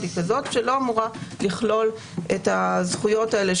היא כזו שלא אמורה לכלול את הזכויות האלה,